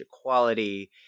equality